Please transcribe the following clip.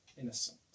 innocent